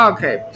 Okay